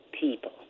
people